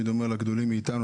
אומר לגדולים מאיתנו,